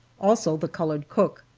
also the colored cook.